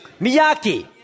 Miyaki